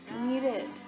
needed